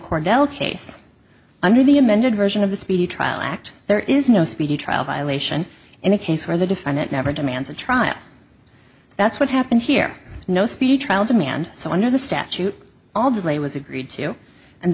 kordell case under the amended version of the speedy trial act there is no speedy trial violation in a case where the defendant never demands a trial that's what happened here no speedy trial demand so under the statute all delay was agreed to and